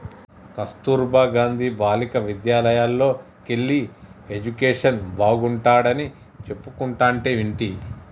కస్తుర్బా గాంధీ బాలికా విద్యాలయల్లోకెల్లి ఎడ్యుకేషన్ బాగుంటాడని చెప్పుకుంటంటే వింటి